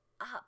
up